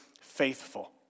faithful